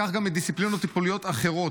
וכך גם מדיסציפלינות טיפוליות אחרות.